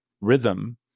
rhythm